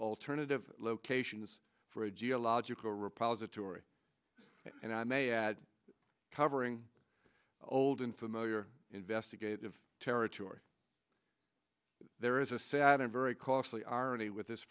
alternative locations for a geological repository and i may add covering old and familiar investigative territory there is a sad and very costly arnie with this